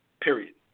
Period